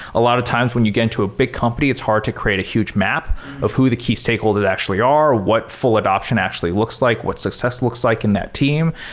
a lot of times when you get into a big company, it's hard to create a huge map of who the key stakeholders actually are. what full adaption actually looks like? what success looks like in that team?